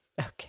Okay